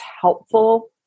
helpful